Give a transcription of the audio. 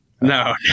no